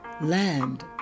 land